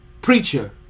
preacher